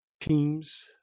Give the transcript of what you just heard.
teams